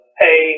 hey